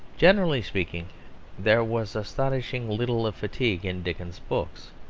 generally speaking there was astonishingly little of fatigue in dickens's books.